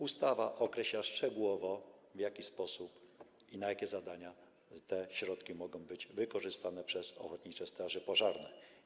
Ustawa określa szczegółowo, w jaki sposób i na jakie zadania te środki mogą być wykorzystane przez ochotnicze straże pożarne.